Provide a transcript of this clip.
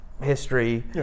history